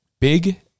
Big